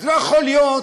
אז לא יכול להיות,